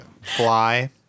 Fly